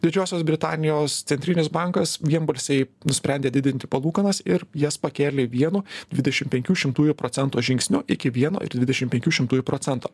didžiosios britanijos centrinis bankas vienbalsiai nusprendė didinti palūkanas ir jas pakėlė vienu dvidešim penkių šimtųjų procento žingsniu iki vieno ir dvidešim penkių šimtųjų procento